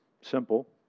Simple